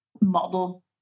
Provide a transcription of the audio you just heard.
model